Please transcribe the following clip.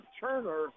Turner